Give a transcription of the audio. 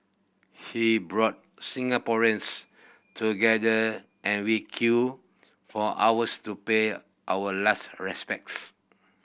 he brought Singaporeans together and we queued for hours to pay our last respects